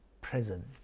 present